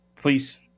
Please